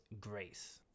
grace